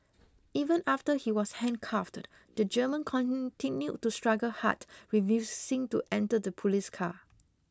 even after he was handcuffed the German continued to struggle hard refusing to enter the police car